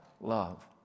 love